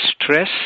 Stress